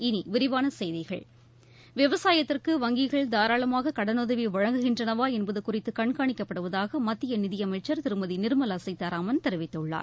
இனி விரிவான செய்திகள் விவசாயத்திற்கு வங்கிகள் தாராளமாக கடனுதவி வழங்குகின்றனவா என்பது குறித்து கண்காணிக்கப்படுவதாக மத்திய நிதியமைச்சர் திருமதி நிர்மலா சீதாராமன் தெரிவித்துள்ளார்